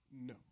No